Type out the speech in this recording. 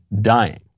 dying